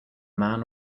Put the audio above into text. man